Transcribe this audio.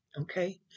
Okay